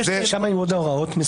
שם היו עוד הוראות.